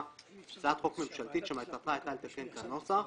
הצעת חוק ממשלתית שמטרתה הייתה לתקן את הנוסח.